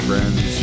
friends